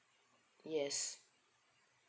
yes